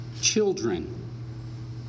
children